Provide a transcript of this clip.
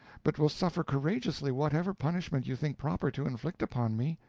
but will suffer courageously whatever punishment you think proper to inflict upon me,